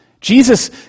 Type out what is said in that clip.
Jesus